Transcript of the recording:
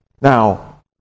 Now